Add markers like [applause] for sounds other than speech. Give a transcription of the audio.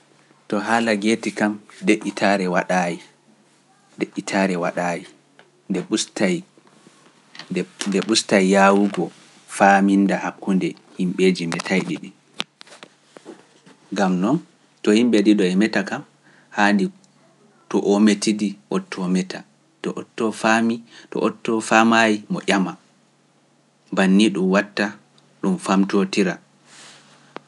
[noise] to haala geeti kam de"itaare waɗaayi, de"itaare waɗaayi nde ɓustay, nde - nde ɓustay yaawugo faaminnda hakkunde himɓeeji metayɗi ɗin, ngam non to yimɓe ɗiɗo e meta kam haandi to o metidii ottoo meta, to ottoo faamii, to ottoo faamaayi mo ƴama, bannii ɗum watta ɗum paamtootira.